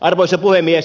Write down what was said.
arvoisa puhemies